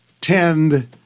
tend